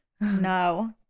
No